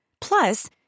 Plus